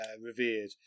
revered